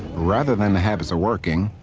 rather than the habits of working,